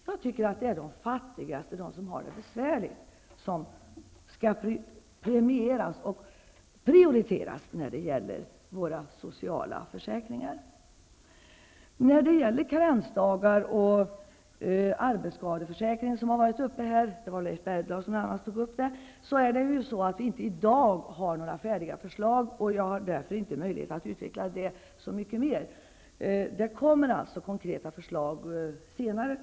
Jag tycker att det är de fattigaste, de som har det besvärligt, som skall prioriteras när det gäller de sociala försäkringarna. När det sedan gäller karensdagarna och arbetsskadeförsäkringen -- jag tror att det var Leif Bergdahl som tog upp dessa frågor -- har vi ju i dag inte några färdiga förslag. Jag har därför inte möjlighet att utveckla det resonemanget särskilt mycket mera. Konkreta förslag kommer alltså att läggas fram senare.